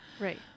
Right